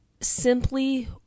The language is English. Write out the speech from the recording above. simply